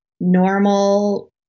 normal